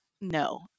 no